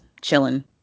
chilling